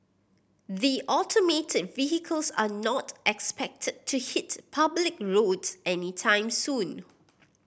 the automated vehicles are not expected to hit public roads anytime soon